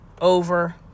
over